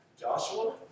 Joshua